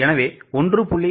எனவே 1